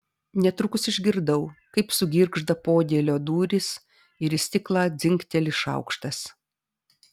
netrukus išgirdau kaip sugirgžda podėlio durys ir į stiklą dzingteli šaukštas